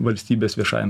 valstybės viešajam